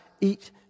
eat